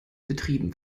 betrieben